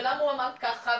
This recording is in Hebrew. ולמה הוא אמר ככה,